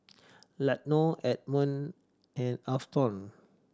Latonya Edmond and Afton